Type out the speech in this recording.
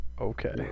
Okay